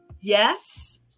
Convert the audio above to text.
Yes